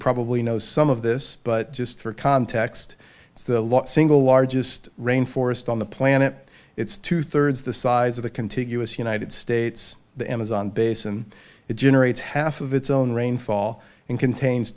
probably know some of this but just for context it's the last single largest rainforest on the planet it's two thirds the size of the contiguous united states the amazon basin it generates half of its own rainfall and contains